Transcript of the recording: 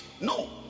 No